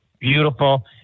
beautiful